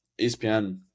ESPN